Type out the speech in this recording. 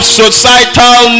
societal